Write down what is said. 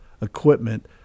equipment